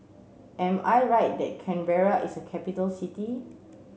am I right that Canberra is a capital city